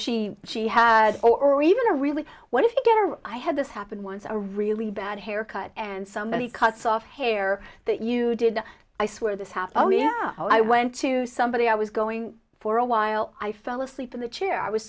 she she has or even a really what if you get her i had this happen once a really bad haircut and somebody cuts off hair that you did i swear this half hour yeah i went to somebody i was going for a while i fell asleep in the chair i was